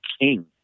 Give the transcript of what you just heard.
King